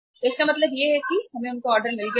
तो इसका मतलब है कि अब हमें उनका ऑर्डर मिल गया है